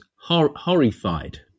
horrified